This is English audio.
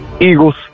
Eagles